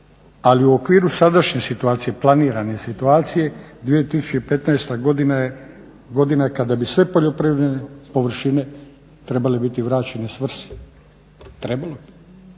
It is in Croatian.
ali u okviru sadašnje situacije, planirane situacije, 2015. godina je godina kada bi sve poljoprivredne površine trebale biti vraćene svrsi, trebale bi